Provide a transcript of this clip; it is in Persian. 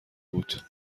بود